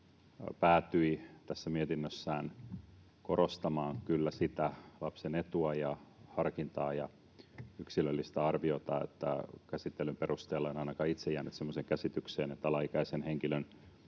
tässä mietinnössään korostamaan sitä lapsen etua ja harkintaa ja yksilöllistä arviota. Käsittelyn perusteella en ainakaan itse jäänyt semmoiseen